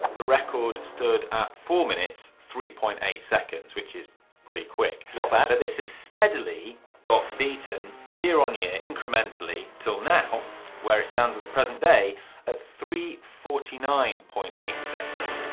the record stood at four minutes three point eight seconds, which is pretty quick. not bad. but this has steadily got beaten year on year, incrementally, til now where it stands at the present day at three forty nine point eight seconds.